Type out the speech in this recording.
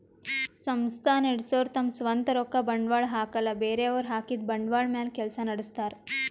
ಸಂಸ್ಥಾ ನಡಸೋರು ತಮ್ ಸ್ವಂತ್ ರೊಕ್ಕ ಬಂಡ್ವಾಳ್ ಹಾಕಲ್ಲ ಬೇರೆಯವ್ರ್ ಹಾಕಿದ್ದ ಬಂಡ್ವಾಳ್ ಮ್ಯಾಲ್ ಕೆಲ್ಸ ನಡಸ್ತಾರ್